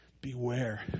beware